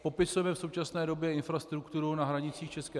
Popisujeme v současné době infrastrukturu na hranicích ČR.